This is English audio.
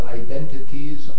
identities